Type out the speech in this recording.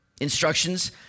instructions